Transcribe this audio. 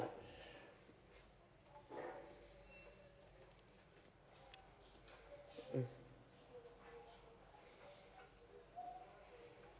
mm